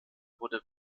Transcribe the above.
wurde